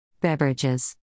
Beverages